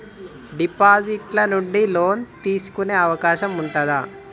Deposit ల నుండి loan తీసుకునే అవకాశం ఉంటదా?